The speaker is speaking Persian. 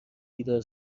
بیدار